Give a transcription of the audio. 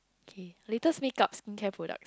okay latest make up skin care product